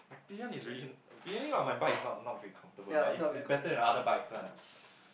pillion is really pillion on my bike is not not very comfortable but it's it's better than other bikes ah